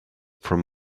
from